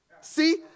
See